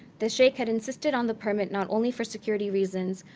the sheikh had insisted on the permit not only for security reasons,